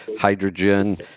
hydrogen